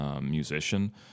musician